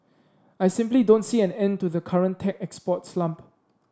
I simply don't see an end to the current tech export slump